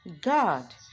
God